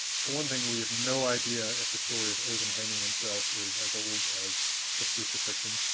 for one thing, we have no idea if the story of odinn hanging himself is as old as the crucifixion.